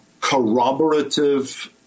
corroborative